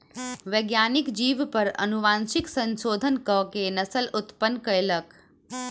वैज्ञानिक जीव पर अनुवांशिक संशोधन कअ के नस्ल उत्पन्न कयलक